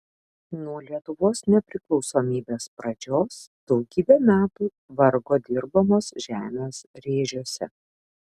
nuo lietuvos nepriklausomybės pradžios daugybę metų vargo dirbamos žemės rėžiuose